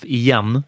igen